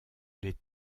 les